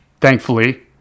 thankfully